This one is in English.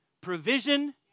provision